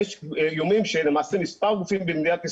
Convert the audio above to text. אבל יש איומים שלמעשה מספר גופים במדינת ישראל,